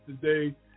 today